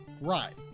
right